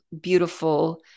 beautiful